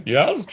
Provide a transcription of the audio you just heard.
Yes